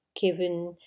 given